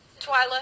Twyla